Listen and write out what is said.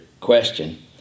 question